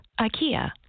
Ikea